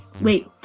Wait